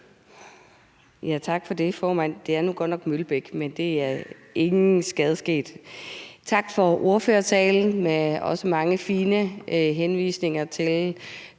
Tak for det, formand. Jeg hedder nu godt nok Mølbæk, men der er ingen skade sket. Tak for ordførertalen, hvor der også var mange fine henvisninger til